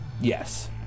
yes